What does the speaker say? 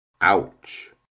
Ouch